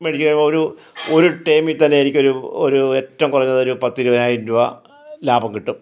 മേടിക്കുക ഒരു ഒരു ടേമിൽ തന്നെ എനിക്കൊരു ഏറ്റവും കുറഞ്ഞത് ഒരു പത്തിരുപതിനായിരം രൂപ ലാഭം കിട്ടും